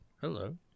Hello